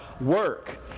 work